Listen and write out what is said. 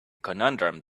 conundrum